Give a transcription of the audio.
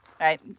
Right